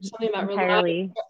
entirely